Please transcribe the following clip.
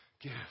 give